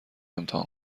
امتحان